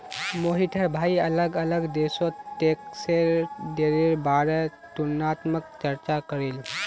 मोहिटर भाई अलग अलग देशोत टैक्सेर दरेर बारेत तुलनात्मक चर्चा करले